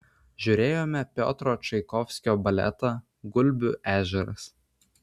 žiūrėjome piotro čaikovskio baletą gulbių ežeras